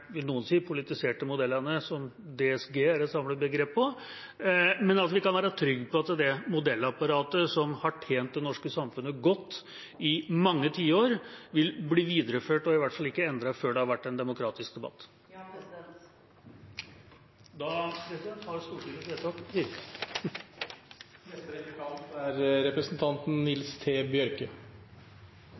noen vil si – politiserte modellene som DSGE er et samlebegrep for? Vi kan altså være trygg på at det modellapparatet som har tjent det norske samfunnet godt i mange tiår, vil bli videreført, og i hvert fall ikke endret før det har vært en demokratisk debatt? Ja. Da har Stortingets vedtak virket. Det er vel ikkje tvil om at me er